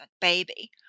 baby